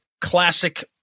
classic